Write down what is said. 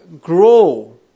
grow